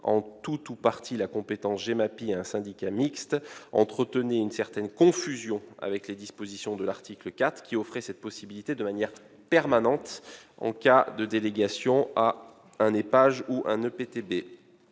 tout ou partie de la compétence GEMAPI à un syndicat mixte. Il entretient une certaine confusion avec les dispositions de l'article 4, qui offrirait cette possibilité de manière permanente en cas de délégation à un EPAGE ou un à EPTB.